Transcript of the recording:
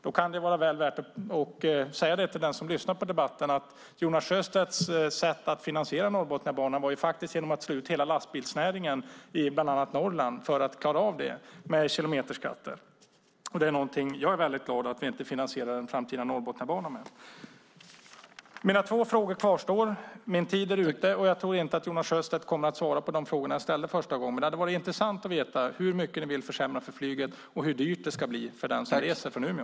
Då kan det vara väl värt att säga till den som lyssnar på debatten att Jonas Sjöstedts sätt att klara av att finansiera Norrbotniabanan var att slå ut hela lastbilsnäringen i bland annat Norrland med kilometerskatten. Det är någonting som jag är glad att vi inte finansierar den framtida Norrbotniabanan med. Mina två frågor kvarstår. Min talartid är ute. Och jag tror inte att Jonas Sjöstedt kommer att svara på de frågor som jag ställde i mitt första inlägg. Men det hade varit intressant att veta hur mycket ni vill försämra för flyget och hur dyrt det ska bli för den som reser från Umeå.